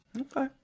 Okay